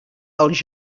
els